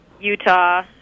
Utah